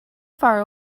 far